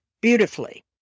beautifully